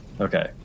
Okay